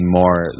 more